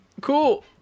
cool